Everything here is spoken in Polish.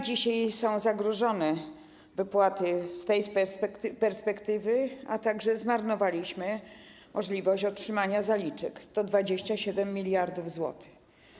Dzisiaj są zagrożone wypłaty z tej perspektywy, a także zmarnowaliśmy możliwość otrzymania zaliczek, tych 27 mld zł.